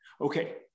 Okay